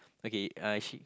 okay uh she